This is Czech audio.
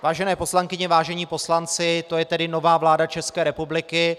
Vážené poslankyně, vážení poslanci, to je tedy nová vláda České republiky.